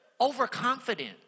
overconfident